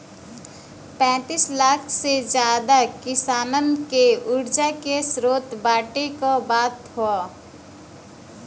पैंतीस लाख से जादा किसानन के उर्जा के स्रोत बाँटे क बात ह